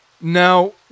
Now